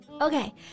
Okay